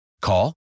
Call